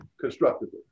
constructively